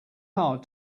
hard